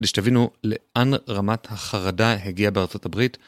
כדי שתבינו לאן רמת החרדה הגיעה בארצות הברית.